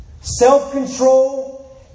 self-control